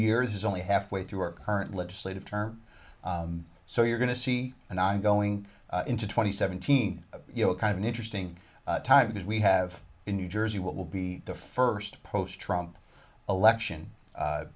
year's is only halfway through our current legislative term so you're going to see and i'm going into twenty seventeen you know kind of an interesting time because we have in new jersey what will be the first post trump election